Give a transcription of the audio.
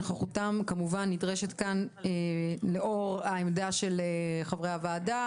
נוכחותם כמובן נדרשת כאן לאור העמדה של חברי הוועדה